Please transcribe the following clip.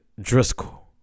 Driscoll